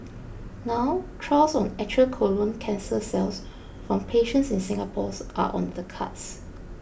now trials on actual colon cancer cells from patients in Singapore are on the cards